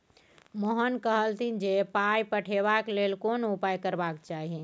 मोहन कहलथि जे पाय पठेबाक लेल कोन उपाय करबाक चाही